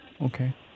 Okay